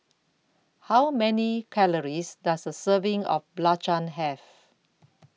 How Many Calories Does A Serving of Belacan Have